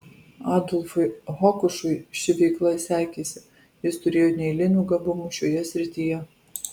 adolfui hokušui ši veikla sekėsi jis turėjo neeilinių gabumų šioje srityje